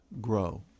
grow